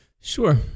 Sure